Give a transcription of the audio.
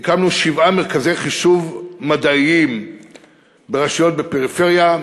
הקמנו שבעה מרכזי חישוב מדעיים ברשויות בפריפריה,